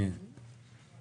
אני